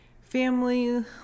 family